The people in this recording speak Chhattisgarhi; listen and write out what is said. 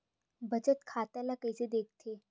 बचत खाता ला कइसे दिखथे?